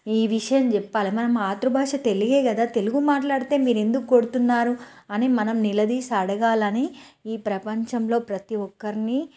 ఈ విషయం చెప్పాలి మన మాతృభాష తెలుగే కదా తెలుగు మాట్లాడితే మీరు ఎందుకు కొడుతున్నారు అని మనం నిలదీసి అడగాలి అని ఈ ప్రపంచంలో ప్రతి ఒక్కరిని